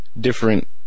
different